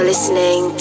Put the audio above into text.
Listening